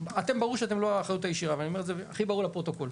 ברור שאתם לא האחריות הישירה ואני אומר את זה הכי ברור לפרוטוקול.